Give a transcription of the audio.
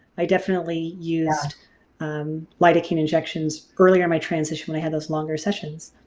i definitely used lidocaine injections earlier in my transition when i had those longer sessions.